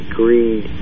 greed